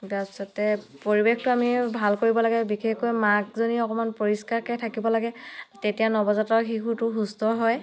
তাৰ পিছতে পৰিৱেশটো আমি ভাল কৰিব লাগে বিশেষকৈ মাকজনী অকণমান পৰিষ্কাৰকৈ থাকিব লাগে তেতিয়া নৱজাতক শিশুটো সুস্থ হয়